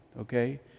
okay